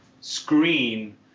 screen